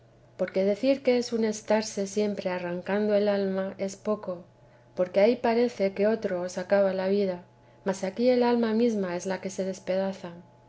porque decir que es un estarse siempre arrancando el alma es poco porque ahí parece que otro os acaba la vida mas aquí el alma mesma es la que se despedaza